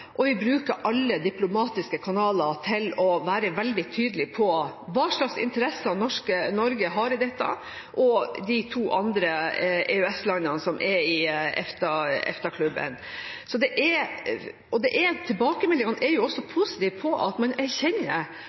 og vi bruker alle diplomatiske kanaler for å være veldig tydelige når det gjelder hva slags interesser Norge og de to andre EØS-landene i EFTA, har i dette. Tilbakemeldingene er også positive, man erkjenner at disse EØS-landene ikke er hvilke som helst tredjeland, og at man